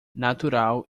natural